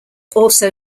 also